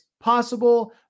possible